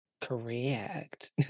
correct